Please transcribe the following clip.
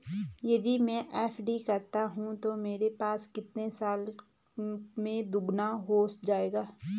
यदि मैं एफ.डी करता हूँ तो मेरे पैसे कितने साल में दोगुना हो जाएँगे?